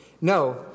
no